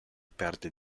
perde